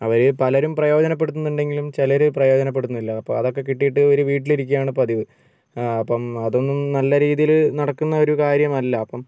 അവരിൽ പലരും പ്രയോജനപ്പെടുത്തുന്നുണ്ടെങ്കിലും ചിലർ പ്രയോജനപ്പെടുത്തുന്നില്ല അപ്പോൾ അതൊക്കെ കിട്ടിയിട്ട് അവർ വീട്ടിൽ ഇരിക്കുവാണ് പതിവ് അപ്പം അതൊന്നും നല്ലരീതിയിൽ നടക്കുന്ന ഒരു കാര്യമല്ല അപ്പം